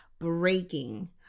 breaking